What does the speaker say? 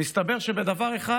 מסתבר שבדבר אחד